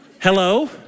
hello